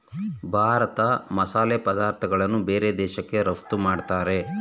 ಭಾರತ ಮಸಾಲೆ ಪದಾರ್ಥಗಳನ್ನು ಬೇರೆ ದೇಶಕ್ಕೆ ರಫ್ತು ಮಾಡತ್ತರೆ